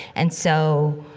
and so,